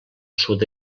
sud